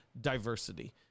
diversity